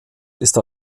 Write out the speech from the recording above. ist